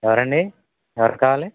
ఎవరండీ ఎవరు కావాలి